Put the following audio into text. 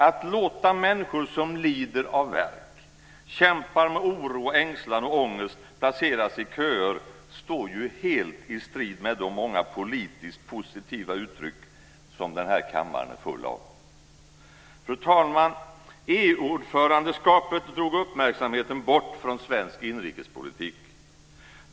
Att låta människor som lider av värk och som kämpar med oro, ängslan och ångest placeras i köer står helt i strid med de många politiskt positiva uttryck som den här kammaren är full av. Fru talman! EU-ordförandeskapet drog uppmärksamheten bort från svensk inrikespolitik.